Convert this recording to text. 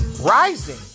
rising